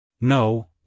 No